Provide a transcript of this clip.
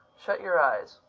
shut your eyes.